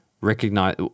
Recognize